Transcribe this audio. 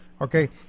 okay